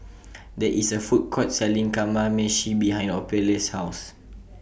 There IS A Food Court Selling Kamameshi behind Ophelia's House